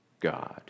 God